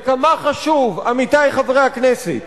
וכמה חשוב, עמיתי חברי הכנסת,